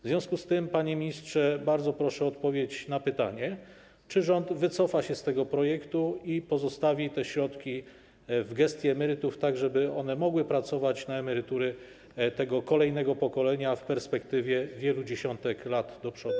W związku z tym, panie ministrze, bardzo proszę o odpowiedź na pytanie, czy rząd wycofa się z tego projektu i pozostawi te środki w gestii emerytów, tak żeby one mogły pracować na emerytury kolejnego pokolenia w perspektywie wielu dziesiątek lat do przodu.